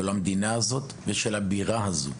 של המדינה הזו ושל עיר הבירה הזו.